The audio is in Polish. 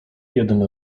jeden